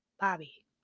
Bobby